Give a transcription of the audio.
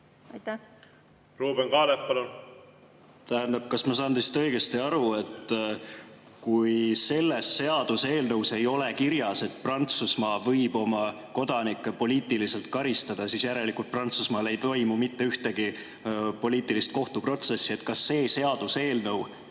palun! Ruuben Kaalep, palun! Tähendab, kas ma saan teist õigesti aru, et kui selles seaduseelnõus ei ole kirjas, et Prantsusmaa võib oma kodanikke poliitiliselt karistada, siis järelikult Prantsusmaal ei toimu mitte ühtegi poliitilist kohtuprotsessi? Kas see seaduseelnõu